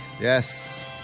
Yes